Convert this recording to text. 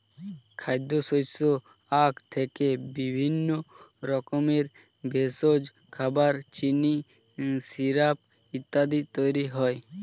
খাদ্যশস্য আখ থেকে বিভিন্ন রকমের ভেষজ, খাবার, চিনি, সিরাপ ইত্যাদি তৈরি হয়